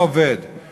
לעומת המגזר הפרטי.